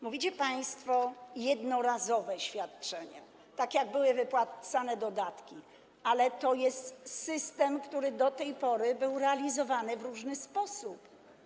Mówicie państwo: jednorazowe świadczenie, tak jak były wypłacane dodatki, ale to jest system, który do tej pory był realizowany w różny sposób.